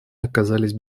оказались